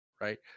right